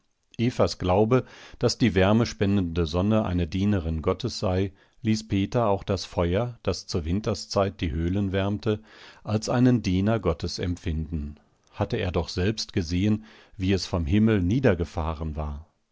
evas glaube daß die wärmespendende sonne eine dienerin gottes sei ließ peter auch das feuer das zur winterszeit die höhlen wärmte als einen diener gottes empfinden hatte er doch selbst gesehen wie es vom himmel niedergefahren war